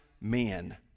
men